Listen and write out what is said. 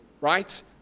right